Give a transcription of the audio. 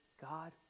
God